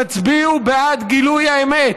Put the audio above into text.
תצביעו בעד גילוי האמת,